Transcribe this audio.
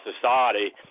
society